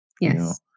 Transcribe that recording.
yes